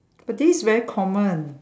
but this is very common